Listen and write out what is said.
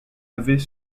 avait